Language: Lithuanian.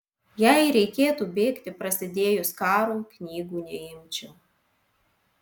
jei reikėtų bėgti prasidėjus karui knygų neimčiau